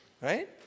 right